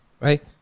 Right